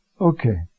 Okay